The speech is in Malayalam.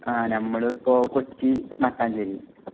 ആ നമ്മൾ ഇപ്പോൾ കൊച്ചി മട്ടാഞ്ചേരി